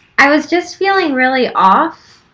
i was just feeling really off.